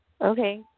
Okay